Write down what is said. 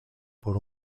por